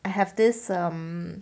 I have this um